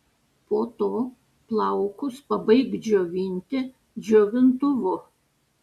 po to plaukus pabaik džiovinti džiovintuvu